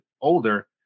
older